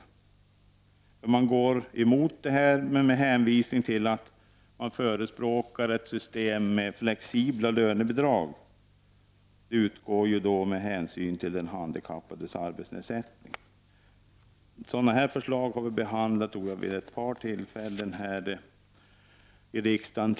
Moderaterna går emot detta förslag med hänvisning till att man förespråkar ett system med flexibla lönebidrag som skall utgå med hänsyn till den handikappades arbetsnedsättning. Frågan om flexibla lönebidrag har tidigare vid ett par tillfällen behandlats av riksdagen.